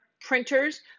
printers